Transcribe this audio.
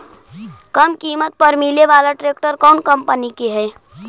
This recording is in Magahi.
कम किमत पर मिले बाला ट्रैक्टर कौन कंपनी के है?